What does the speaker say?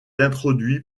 introduit